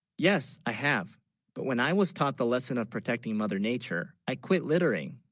yes i have but when i was taught the lesson of protecting mother nature i quit littering